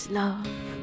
love